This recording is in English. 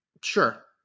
sure